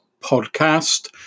podcast